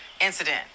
incident